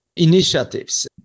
initiatives